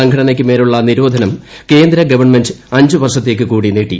E സംഘടനയ്ക്ക് മേലുള്ള നിരോധനം കേന്ദ്ര ഗവൺമെന്റ് അഞ്ച് വർഷത്തേക്ക് കൂടി നീട്ടി